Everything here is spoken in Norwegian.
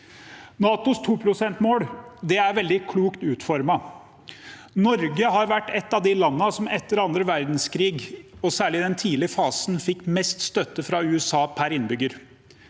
NATOs 2-prosentmål er veldig klokt utformet. Norge har vært et av de landene som etter andre verdenskrig, og særlig i den tidlige fasen, fikk mest støtte fra USA per innbygger.